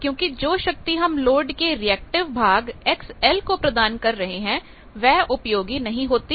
क्योंकि जो शक्ति हम लोड के रिएक्टिव भाग XL को प्रदान कर रहे हैं वह उपयोगी नहीं होती